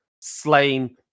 slain